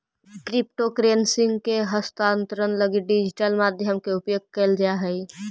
crypto currency के हस्तांतरण लगी डिजिटल माध्यम के उपयोग कैल जा हइ